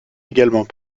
également